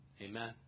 Amen